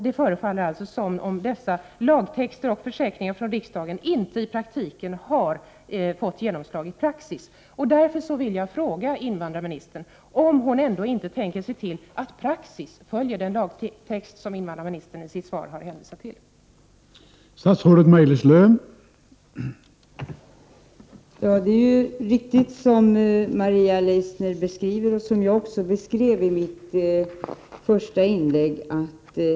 Det förefaller således som om lagtexten och riksdagens försäkringar i praktiken inte har fått genomslag. Därför vill jag fråga invandrarministern om hon ändå inte tänker se till att praxis motsvarar den lagtext som invandrarministern har hänvisat till i sitt svar.